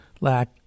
lack